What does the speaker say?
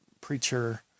preacher